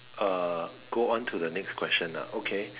uh go on to the next question ah okay